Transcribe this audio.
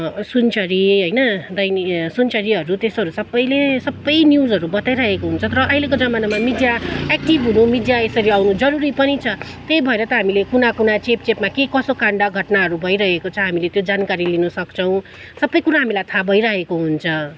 सुनचरी होइन दैनिक सुनचरीहरू त्यस्तोहरू सबैले सबै न्युजहरू बताइराखेको हुन्छ र अहिलेको जमानामा मिडिया एक्टिभ हुनु मिडिया यसरी आउनु जरुरी पनि छ त्यही भएर त हामीले कुना कुना चेप चेपमा के कसो कान्ड घटनाहरू भइरहेको छ हामीले त्यो जानकारी लिन सक्छौँ सबै कुरा हामीलाई थाह भइरहेको हुन्छ